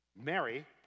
Mary